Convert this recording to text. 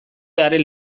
haren